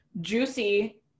juicy